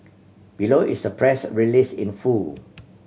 below is the press release in full